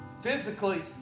Physically